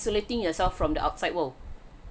isolating yourself from the outside world